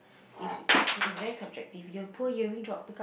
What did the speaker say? is you is very subjective your poor earring drop pick up